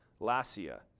Lassia